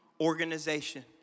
organization